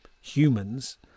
humans